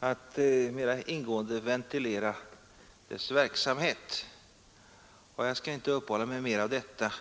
att mera ingående ventilera dess verksamhet, och jag skall här inte uppehålla mig mera vid detta.